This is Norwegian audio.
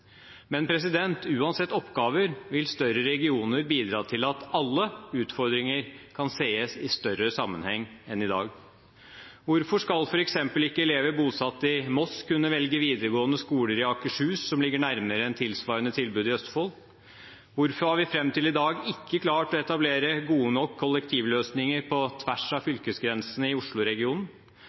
Men uansett oppgaver vil større regioner bidra til at alle utfordringer kan ses i større sammenheng enn i dag. Hvorfor skal f.eks. ikke elever bosatt i Moss kunne velge videregående skoler i Akershus, som ligger nærmere enn tilsvarende tilbud i Østfold? Hvorfor har vi fram til i dag ikke klart å etablere gode nok kollektivløsninger på tvers av fylkesgrensene i